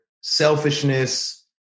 selfishness